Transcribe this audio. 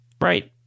Right